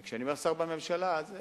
כשאני אומר "שר בממשלה", אז זה